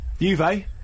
Juve